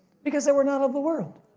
because they were not of the world.